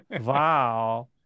Wow